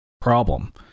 problem